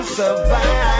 survive